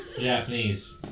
Japanese